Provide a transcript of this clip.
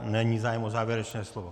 Není zájem o závěrečné slovo.